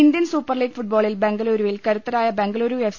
Indian super league ഫുട്ബോളിൽ ബെംഗളുരുവിൽ കരുത്തരായ ബെംഗളുരു എഫ്